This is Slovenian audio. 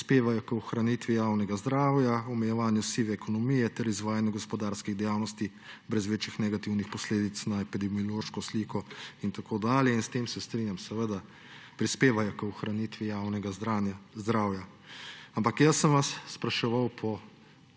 prispevajo k ohranitvi javnega zdravja, omejevanju sive ekonomije ter izvajanju gospodarskih dejavnosti brez večjih negativnih posledic na epidemiološko sliko in tako dalje, s tem se strinjam, prispevajo k ohranitvi javnega zdravja. Ampak jaz sem vas spraševal po